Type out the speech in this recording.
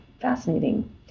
fascinating